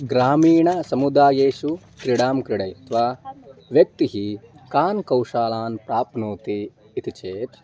ग्रामीणसमुदायेषु क्रीडां क्रीडित्वा व्यक्तिः कान् कौशलान् प्राप्नोति इति चेत्